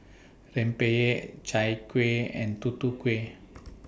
Rempeyek Chai Kueh and Tutu Kueh